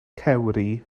cewri